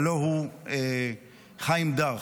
הלוא הוא חיים דאר.